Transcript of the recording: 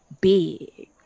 big